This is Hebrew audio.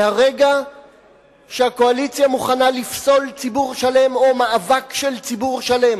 מהרגע שהקואליציה מוכנה לפסול ציבור שלם או מאבק של ציבור שלם,